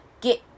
get